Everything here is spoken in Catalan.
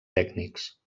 tècnics